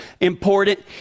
important